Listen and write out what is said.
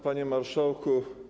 Panie Marszałku!